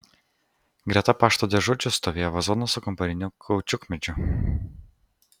greta pašto dėžučių stovėjo vazonas su kambariniu kaučiukmedžiu